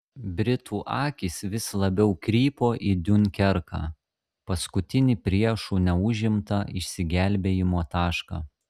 britų akys vis labiau krypo į diunkerką paskutinį priešų neužimtą išsigelbėjimo tašką